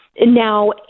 Now